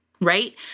right